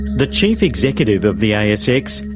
the chief executive of the asx,